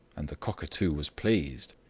and the cockatoo was pleased.